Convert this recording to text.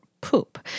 poop